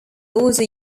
also